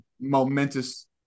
Momentous